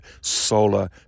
solar